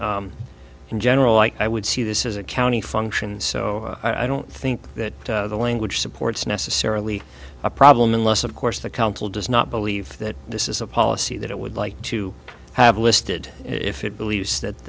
but in general i would see this as a county function so i don't think that the language supports necessarily a problem unless of course the council does not believe that this is a policy that it would like to have listed if it believes that